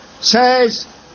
says